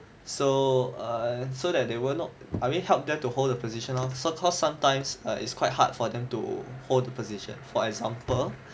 so err so that they will not I mean help them to hold the position lor so cause sometimes err it's quite hard for them to hold the position for example